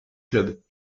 clubs